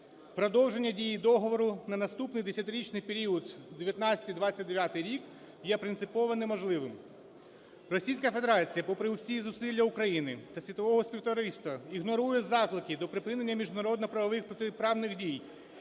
продовження дії договору на наступний 10-річний період, 19-29-й рік, є принципово неможливим. Російська Федерація, попри всі зусилля України та світового співтовариства, ігнорує заклики до припинення міжнародно-правових протиправних дій,